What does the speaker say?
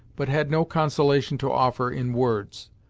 but had no consolation to offer in words.